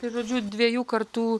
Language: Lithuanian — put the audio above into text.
tai žodžiu dviejų kartų